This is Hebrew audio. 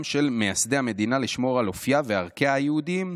של מייסדי המדינה לשמור על אופייה וערכיה היהודיים: